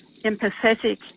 empathetic